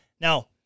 Now